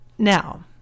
Now